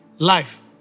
Life